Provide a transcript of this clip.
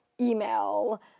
email